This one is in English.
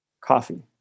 coffee